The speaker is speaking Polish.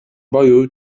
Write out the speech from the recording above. boju